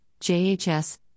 JHS